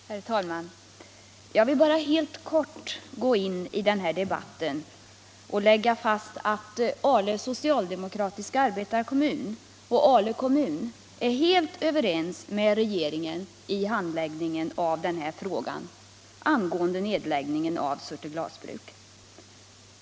Herr talman! Jag vill bara helt kort gå in i den här debatten och slå fast att Ale socialdemokratiska arbetarekommun och Ale kommun är helt överens med regeringen i handläggningen av frågan om nedläggning av Surte glasbruk.